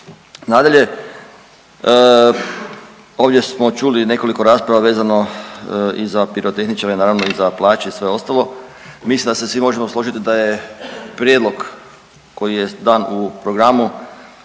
Nadalje, ovdje smo čuli nekoliko rasprava vezano i za pirotehničare, naravno i za plaće i sve ostalo. Mislim da se svi možemo složiti da je prijedlog koji je dan u programu